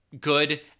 good